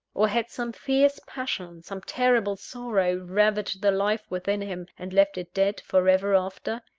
or had some fierce passion, some terrible sorrow, ravaged the life within him, and left it dead for ever after?